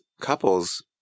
couples